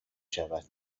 شود